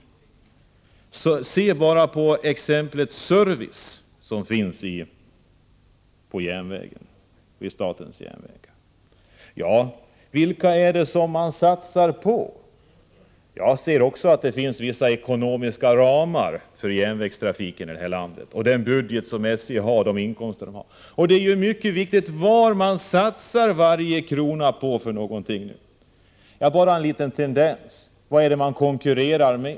Tänk bara på den service som statens järnvägar erbjuder. Vilka är det man satsar på? Även jag inser att det finns vissa ekonomiska ramar för järnvägstrafiken i landet, men det är viktigt att varje krona satsas på rätt sätt. Vilka är det då man konkurrerar med?